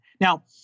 Now